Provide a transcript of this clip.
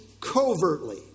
covertly